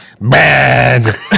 Bad